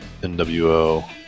NWO